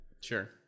Sure